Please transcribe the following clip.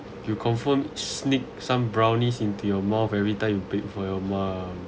you confirm sneak some brownies into your mouth every time you paid for your mum